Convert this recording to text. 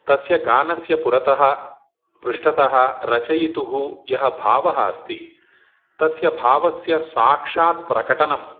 तस्य गानस्य पुरतः पृष्ठतः रचयितुः यः भावः अस्ति तस्य भावस्य साक्षात्प्रकटनं